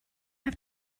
have